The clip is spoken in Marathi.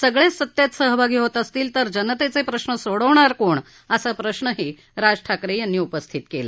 सगळेच सत्तेत सहभागी होत असतील तर जनतेचे प्रश्न सोडवणार कोण असा प्रश्नही राज ठाकरे यांनी उपस्थित केला